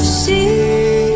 see